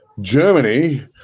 germany